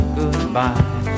goodbye